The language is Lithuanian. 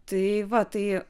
tai va tai